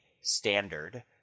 standard